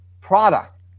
product